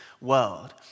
world